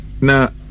Now